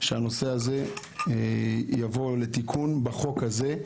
לפרוטוקול שהנושא הזה יבוא לתיקון בחוק הזה,